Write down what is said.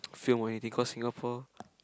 film or anything cause Singapore